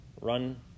run